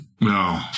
No